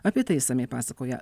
apie tai išsamiai pasakoja